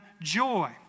joy